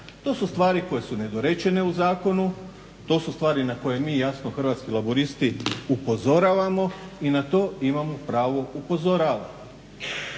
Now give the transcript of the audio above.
To su stvari koje su nedorečene u zakonu, to su stvari na koje mi jasno Hrvatski laburisti upozoravamo i na to imamo pravo upozoravati.